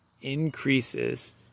increases